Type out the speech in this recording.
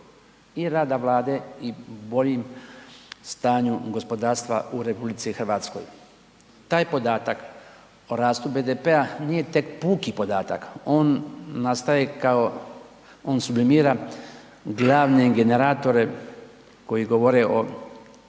i rada Vlade i boljem stanju gospodarstva u RH. Taj podatak o rastu BDP-a nije tek puki podatak, on nastaje kao, on sublimira glavne generatore koji govore o